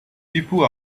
people